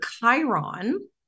Chiron